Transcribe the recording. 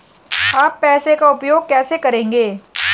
आप पैसे का उपयोग कैसे करेंगे?